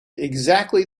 exactly